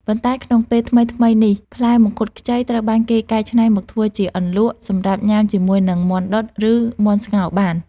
ប៉ុន្តែក្នុងពេលថ្មីៗនេះ ផ្លែមង្ឃុតខ្ចី ត្រូវបានគេកៃច្នៃមកធ្វើជាអន្លក់ សម្រាប់ញ៉ាំជាមួយនឹង មាន់ដុតឬមាន់ស្ងោរបាន។